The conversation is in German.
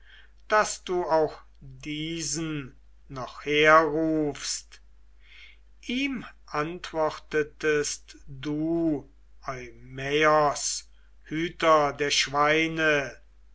daß du auch diesen noch herrufst ihm antwortetest du eumaios hüter der schweine